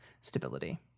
stability